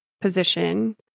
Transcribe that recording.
position